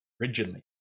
originally